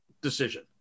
decision